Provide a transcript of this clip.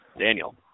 Daniel